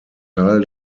teil